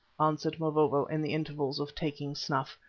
answered mavovo in the intervals of taking snuff.